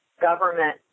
government